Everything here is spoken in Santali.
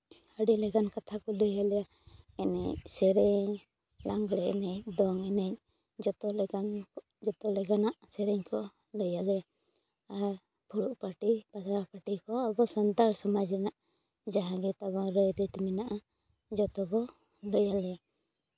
ᱟᱹᱰᱤ ᱞᱮᱠᱟᱱ ᱠᱟᱛᱷᱟ ᱠᱚ ᱞᱟᱹᱭ ᱟᱞᱮᱭᱟ ᱮᱱᱮᱡ ᱥᱮᱨᱮᱧ ᱞᱟᱜᱽᱬᱮ ᱮᱱᱮᱡ ᱫᱚᱝ ᱮᱱᱮᱡ ᱡᱚᱛᱚ ᱞᱮᱠᱟᱱ ᱡᱚᱛᱚ ᱞᱮᱠᱟᱱᱟᱜ ᱥᱮᱨᱮᱧ ᱠᱚ ᱞᱟᱹᱭ ᱟᱞᱮᱭᱟ ᱟᱨ ᱯᱷᱩᱲᱩᱜ ᱯᱟᱹᱴᱤ ᱯᱟᱛᱲᱟ ᱯᱟᱹᱴᱤ ᱠᱚ ᱟᱵᱚ ᱥᱟᱱᱛᱟᱲ ᱥᱚᱢᱟᱡᱽ ᱨᱮᱱᱟᱜ ᱡᱟᱦᱟᱸ ᱜᱮ ᱛᱟᱵᱚᱱ ᱨᱟᱭ ᱨᱤᱛ ᱢᱮᱱᱟᱜᱼᱟ ᱡᱚᱛᱚ ᱵᱚ ᱞᱟᱹᱭ ᱟᱞᱮᱭᱟ